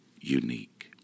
unique